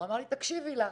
הוא אמר לי, תקשיבי לה.